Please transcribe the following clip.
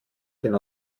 denn